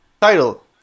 title